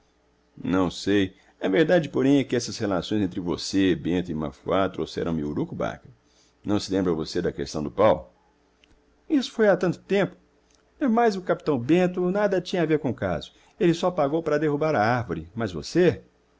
não sei a verdade porém é que essas relações entre você bento e mafuá trouxeramme urucubaca não se lembra você da questão do pau isto foi há tanto tempo demais o capitão bento nada tinha a ver com o caso ele só pagou para derrubar a arvore mas você